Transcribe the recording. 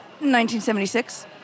1976